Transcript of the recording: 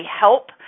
help